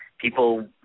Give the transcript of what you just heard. People